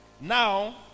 Now